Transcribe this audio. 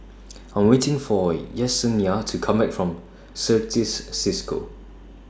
I'm waiting For Yessenia to Come Back from Certis CISCO